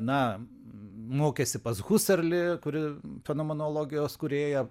na mokėsi pas huserlį kuri fenomenologijos kūrėją